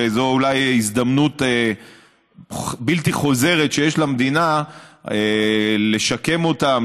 וזו אולי הזדמנות בלתי חוזרת שיש למדינה לשקם אותם,